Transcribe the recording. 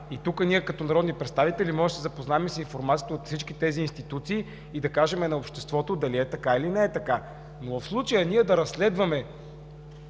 Тук ние, като народни представители, можем да се запознаем с информация от всички тези институции и да кажем на обществото дали е така, или не е така. В случая обаче да разследваме